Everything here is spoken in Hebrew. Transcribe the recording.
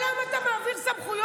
כל היום אתה מעביר סמכויות.